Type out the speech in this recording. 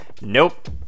Nope